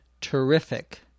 terrific